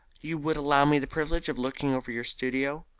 you would allow me the privilege of looking over your studio?